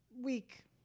week